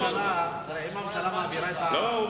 אם הממשלה מעבירה את, לא.